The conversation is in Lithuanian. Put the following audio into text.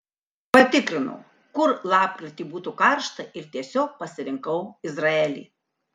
patikrinau kur lapkritį būtų karšta ir tiesiog pasirinkau izraelį